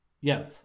Yes